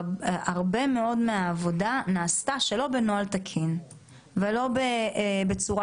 הרבה מאוד מהעבודה נעשתה שלא בנוהל תקין ולא בצורה